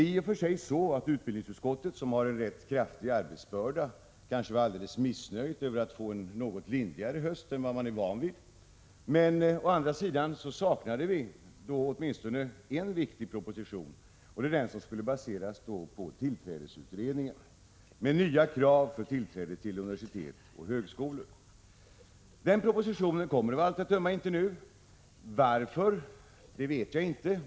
Vi i utbildningsutskottet, som har en rätt stor arbetsbörda, var i och för sig kanske inte så missnöjda över att få en något lindrigare höst än vad vi är vana vid. Men å andra sidan saknade vi åtminstone en viktig proposition, nämligen den som skulle baseras på tillträdesutredningen om nya krav för tillträde till universitet och högskolor. Den propositionen kommer av allt att döma inte nu. Varför vet jag inte.